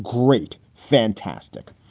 great. fantastic.